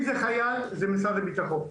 אם זה חייל זה משרד הביטחון,